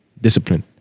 discipline